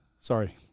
sorry